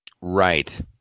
Right